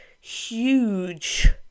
huge